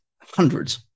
hundreds